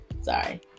Sorry